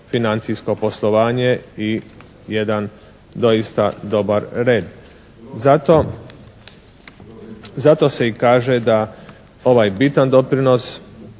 financijsko poslovanje i jedan doista dobar red. Zato se i kaže da ovaj bitan doprinos.